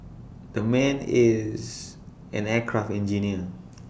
the man is an aircraft engineer